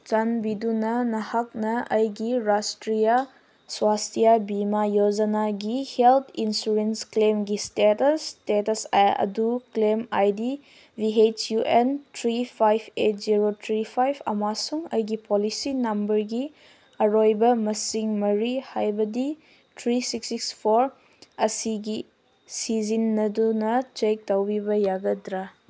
ꯆꯥꯟꯕꯤꯗꯨꯅ ꯅꯍꯥꯛꯅ ꯑꯩꯒꯤ ꯔꯥꯁꯇ꯭ꯔꯤꯌꯥ ꯁ꯭ꯋꯥꯁꯇꯤꯌꯥ ꯕꯤꯃꯥ ꯌꯣꯖꯅꯥꯒꯤ ꯍꯦꯜꯠ ꯏꯟꯁꯨꯔꯦꯟꯁ ꯀ꯭ꯂꯦꯝꯒꯤ ꯏꯁꯇꯦꯇꯁ ꯏꯁꯇꯦꯇꯁ ꯑꯗꯨ claim I D B H U N three five eight zero three five ꯑꯃꯁꯨꯡ ꯑꯩꯒꯤ ꯄꯣꯂꯤꯁꯤ ꯅꯝꯕꯔꯒꯤ ꯑꯔꯣꯏꯕ ꯃꯁꯤꯡ ꯃꯔꯤ ꯍꯥꯏꯕꯗꯤ ꯊ꯭ꯔꯤ ꯁꯤꯛꯁ ꯁꯤꯛꯁ ꯐꯣꯔ ꯑꯁꯤꯒꯤ ꯁꯤꯖꯤꯟꯅꯗꯨꯅ ꯆꯦꯛ ꯇꯧꯕꯤꯕ ꯌꯥꯒꯗ꯭ꯔꯥ